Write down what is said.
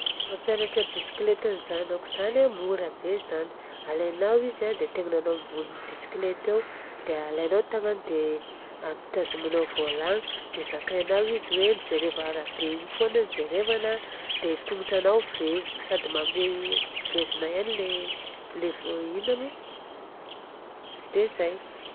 Mampianatra bisikileta ny zanako izany a mora be izany. Alainao izy an, dia atenginanao ambony bisikileta eo. Dia alainao tagnany dia apitazomanao volagna. Dia zakainao izy hoe mijereva arabe egny fona ny jerevana dia tongotra anao vezina sady vezina ihany ilay inona moa dia izay.